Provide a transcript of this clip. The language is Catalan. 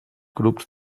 grups